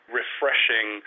refreshing